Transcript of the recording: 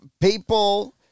people